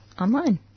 online